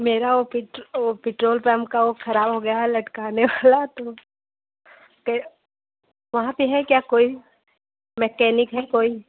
मेरा ओ पिड ओ पेट्रोल पम्प का वह खराब हो गया है लटकाने वाला तो पे वहाँ पर है क्या कोई मैकेनिक है कोई